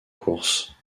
course